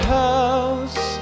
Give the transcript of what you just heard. house